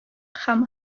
һәм